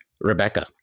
Rebecca